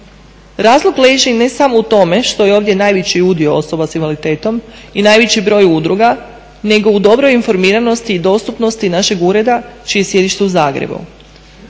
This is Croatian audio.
Razlog leži ne samo u tome što je ovdje najveći udio osoba s invaliditetom i najveći broj udruga, nego u dobroj informiranosti i dostupnosti našeg ureda čije je sjedište u Zagrebu.